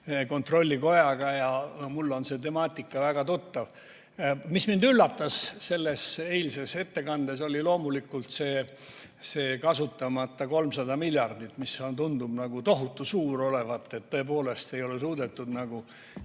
kontrollikojaga, ja mulle on see temaatika väga tuttav. Mis mind üllatas selles eilses ettekandes, oli loomulikult see kasutamata 300 miljardit, mis tundub tohutu suur summa olevat. Tõepoolest ei ole suudetud